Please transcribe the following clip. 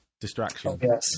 distraction